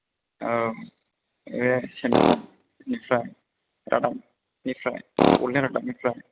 औ ए चेनेल रादाबनिफ्राय बड'लेण्ड रादाबनिफ्राय